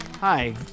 Hi